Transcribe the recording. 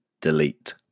Delete